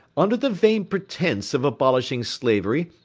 under the vain pretence of abolishing slavery,